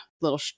little